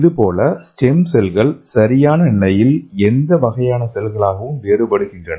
இதேபோல் ஸ்டெம் செல்கள் சரியான நிலையில் எந்த வகையான செல்களாகவும் வேறுபடுகின்றன